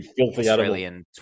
Australian